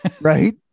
Right